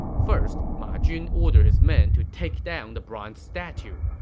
first, ma jun ordered his men to take down the bronze statue.